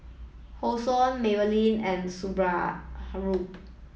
Hosen Maybelline and Subaru